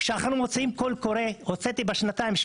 כשאנחנו מוציאים קול קורא הוצאתי בשנתיים של